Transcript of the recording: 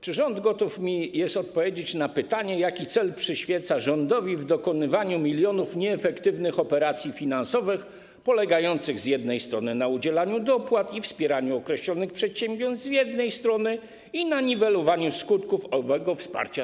Czy rząd gotów jest odpowiedzieć mi na pytanie, jaki cel przyświeca mu w dokonywaniu milionów nieefektywnych operacji finansowych polegających z jednej strony na udzielaniu dopłat i wspieraniu określonych przedsiębiorstw, a z drugiej strony na niwelowaniu skutków owego wsparcia.